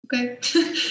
Okay